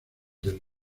del